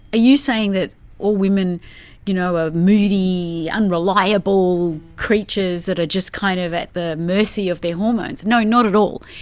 you saying that all women you know are moody, unreliable creatures that are just kind of at the mercy of their hormones? no, not at all.